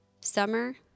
Summer